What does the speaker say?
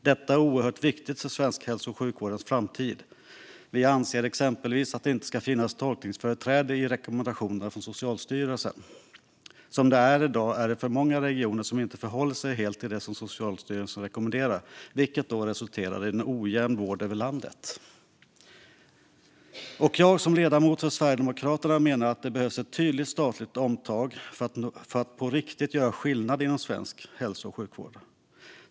Detta är oerhört viktigt för svensk hälso och sjukvårds framtid. Vi anser exempelvis att det inte ska finnas tolkningsföreträde i rekommendationer från Socialstyrelsen. Som det är i dag är det för många regioner som inte förhåller sig helt till det som Socialstyrelsen rekommenderar, vilket resulterar i en ojämn vård över landet. Jag som ledamot för Sverigedemokraterna menar att det behövs ett tydligt statligt omtag för att på riktigt göra skillnad inom svensk hälso och sjukvård.